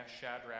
Shadrach